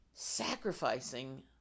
sacrificing